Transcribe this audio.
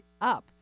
up